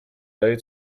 daje